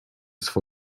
swą